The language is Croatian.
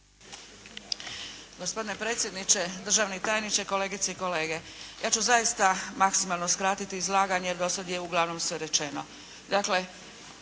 Gospodine predsjedniče, državni tajniče, kolegice i kolege. Ja ću zaista maksimalno skratiti izlaganje, jer do sad je uglavnom sve rečeno.